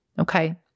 okay